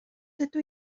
dydw